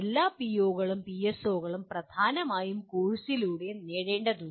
എല്ലാ പിഒകളും പിഎസ്ഒകളും പ്രധാനമായും കോഴ്സുകളിലൂടെ നേടേണ്ടതുണ്ട്